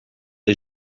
est